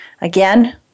Again